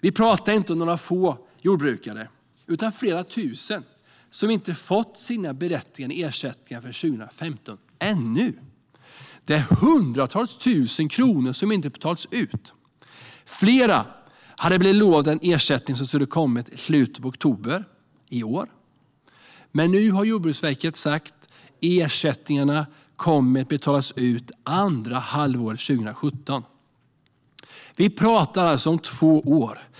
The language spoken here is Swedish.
Vi pratar inte om några få jordbrukare utan om flera tusen som ännu inte har fått de ersättningar från 2015 som de är berättigade till. Det är hundratals tusen kronor som inte betalats ut. Flera hade blivit lovade att ersättningarna skulle komma i slutet av oktober i år, men nu har Jordbruksverket sagt att ersättningarna kommer att betalas ut under andra halvåret 2017. Vi talar alltså om två år.